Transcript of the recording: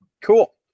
Cool